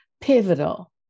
pivotal